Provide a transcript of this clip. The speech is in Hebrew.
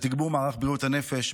לתגבור מערך בריאות הנפש,